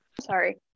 Sorry